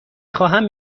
خواهم